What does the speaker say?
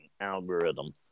algorithm